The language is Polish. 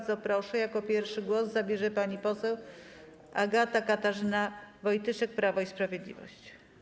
Bardzo proszę, jako pierwsza głos zabierze pani poseł Agata Katarzyna Wojtyszek, Prawo i Sprawiedliwość.